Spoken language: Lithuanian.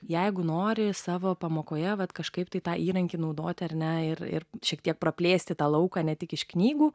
jeigu nori savo pamokoje vat kažkaip tai tą įrankį naudoti ar ne ir ir šiek tiek praplėsti tą lauką ne tik iš knygų